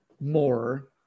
more